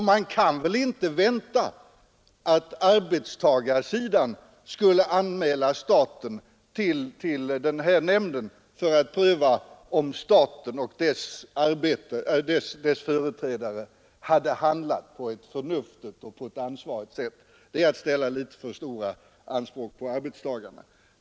1972 kunde väl inte vänta att arbetstagarsidan skulle anmäla staten till den här ——— nämnden för att få prövat om staten och dess företrädare hade handlat Stärkt skydd OKRE på ett förnuftigt och ansvarigt sätt? Det är att ställa litet för stora samhällsfarliga anspråk på arbetstagarna.